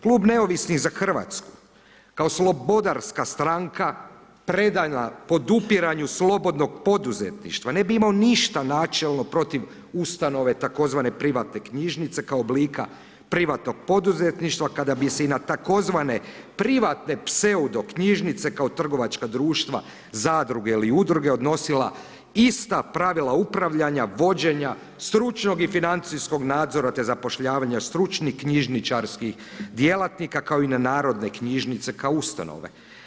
Klub Neovisni za Hrvatsku kao slobodarska stranka predana podupiranju slobodnog poduzetništva ne bi imao ništa načelno protiv ustanove tzv. privatne knjižnice kao oblika privatnog poduzetništva kada bi se na tzv. privatne pseudo knjižnice kao trgovačka društva, zadruge ili udruge odnosila ista pravila upravljanja, vođenja stručnog i financijskog nadzora te zapošljavanja stručnih knjižničarskih djelatnika kao i na narodne knjižnice kao ustanove.